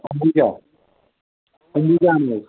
أمبوٗجا أمبوٗجا اَنو حظ